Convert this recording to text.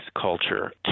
culture